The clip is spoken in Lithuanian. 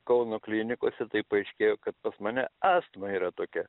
kauno klinikose tai paaiškėjo kad pas mane astma yra tokia